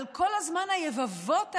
אבל כל הזמן היבבות האלה: